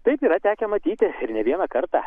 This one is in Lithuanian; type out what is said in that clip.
taip yra tekę matyti ir ne vieną kartą